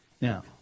Now